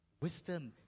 wisdom